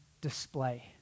display